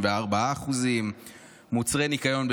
ב-34%; מוצרי ניקיון,